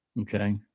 Okay